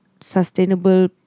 Sustainable